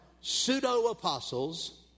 pseudo-apostles